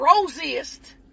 rosiest